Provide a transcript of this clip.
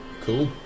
Cool